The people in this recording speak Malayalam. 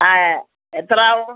അയ് എത്രയാവും